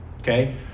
okay